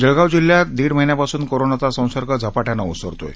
जळगाव जिल्ह्यात दीड महिन्यापासून कोरोनाचा संसर्ग झपाट्यानं ओसरतोय